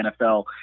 NFL